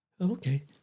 Okay